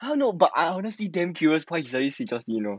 no no but I honestly damn curious why he suddenly speak of me you know